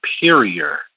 superior